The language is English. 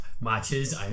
Matches